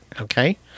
okay